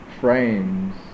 frames